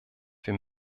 wir